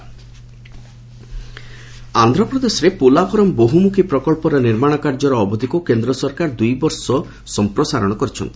ଗମେଣ୍ଟ ପୋଲାଭରମ୍ ଆନ୍ଧ୍ରପ୍ରଦେଶରେ ପୋଲାଭରମ ବହୁମୁଖୀ ପ୍ରକଳ୍ପର ନିର୍ମାଣ କାର୍ଯ୍ୟର ଅବଧିକୁ କେନ୍ଦ୍ର ସରକାର ଦୁଇବର୍ଷ ସଂପ୍ରସାରଣ କରିଛନ୍ତି